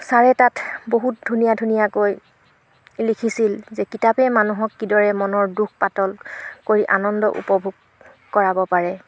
ছাৰে তাত বহুত ধুনীয়া ধুনীয়াকৈ লিখিছিল যে কিতাপেই মানুহক কিদৰে মনৰ দুখ পাতল কৰি আনন্দ উপভোগ কৰাব পাৰে